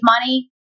money